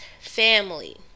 family